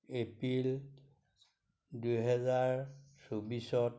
এপ্ৰিল দুহেজাৰ চৌবিছত